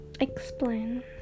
Explain